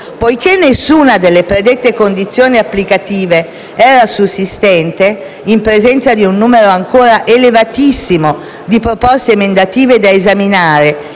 Poiché nessuna delle predette condizioni applicative era sussistente - in presenza di un numero ancora elevatissimo di proposte emendative da esaminare